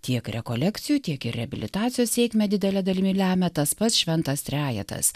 tiek rekolekcijų tiek ir reabilitacijos sėkmę didele dalimi lemia tas pats šventas trejetas